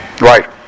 Right